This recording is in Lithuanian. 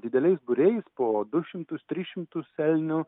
dideliais būriais po du šimtus tris šimtus elnių